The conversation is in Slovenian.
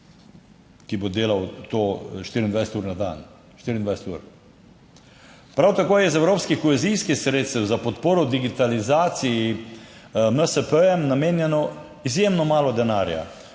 ki bo delal to 24 ur na dan, 24 ur. Prav tako je iz evropskih kohezijskih sredstev za podporo digitalizaciji MSP namenjeno izjemno malo denarja.